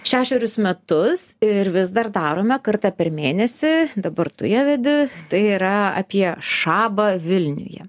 šešerius metus ir vis dar darome kartą per mėnesį dabar tu ją vedi tai yra apie šabą vilniuje